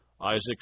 Isaac